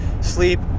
sleep